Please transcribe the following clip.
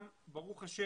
גם ברוך ה'